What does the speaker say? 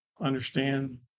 understand